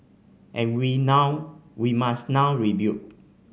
and we now must now rebuild